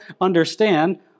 understand